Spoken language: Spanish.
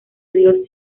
río